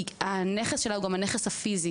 הנכס שלה הוא גם הנכס הפיזי,